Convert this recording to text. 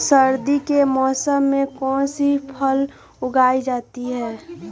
सर्दी के मौसम में कौन सी फसल उगाई जाती है?